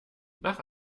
nach